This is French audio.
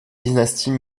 dynasties